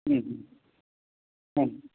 হুম হুম হুম